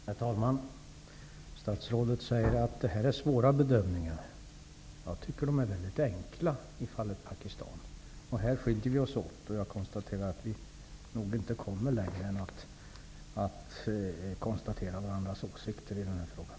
Herr talman! Statsrådet säger att de här bedömningarna är svåra. Själv tycker jag att de är väldigt enkla i fallet Pakistan. Här skiljer sig våra uppfattningar åt. Jag konstaterar att vi nog inte kommer längre. Vi får nöja oss med att konstatera vad som är den enes och den andres åsikt i den här frågan.